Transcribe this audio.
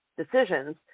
decisions